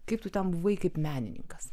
kaip tu ten buvai kaip menininkas